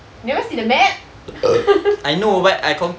you never see the map